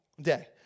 Day